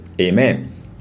Amen